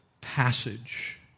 passage